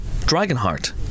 Dragonheart